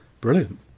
brilliant